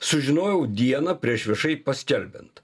sužinojau dieną prieš viešai paskelbiant